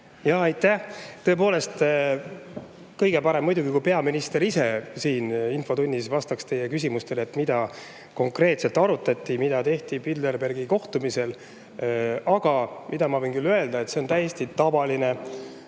Aitäh! Tõepoolest, kõige parem oleks muidugi, kui peaminister ise siin infotunnis vastaks teie küsimusele, mida konkreetselt arutati, mida tehti Bilderbergi kohtumisel. Aga ma võin küll öelda, et see on täiesti tavaline